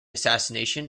assassination